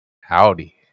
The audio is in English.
Howdy